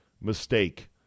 mistake